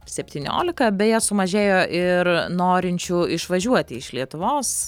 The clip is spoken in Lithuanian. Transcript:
septyniolika beje sumažėjo ir norinčių išvažiuoti iš lietuvos